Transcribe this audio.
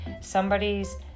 somebody's